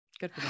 Good